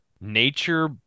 Nature